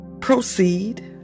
proceed